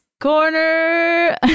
corner